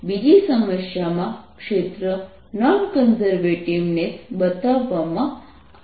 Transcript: બીજી સમસ્યામાં ક્ષેત્ર નોન કન્ઝર્વેટિવનેસ બતાવવામાં આવી છે